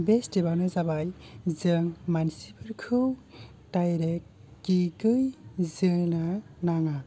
बे स्टेपआनो जाबाय जों मानसिफोरखौ डायरेक्ट किक जोनो नाङा